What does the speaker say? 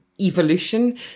evolution